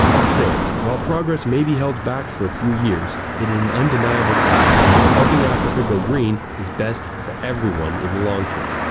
still, while progress may be held back for a few years, it is an undeniable fact that helping africa go green is best for everyone in the long-term.